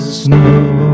snow